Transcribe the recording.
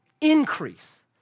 increase